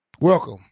Welcome